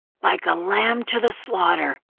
like a lamb to the slaughter.